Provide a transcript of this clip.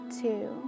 two